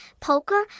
poker